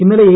ഇന്നലെ എ